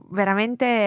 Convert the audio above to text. veramente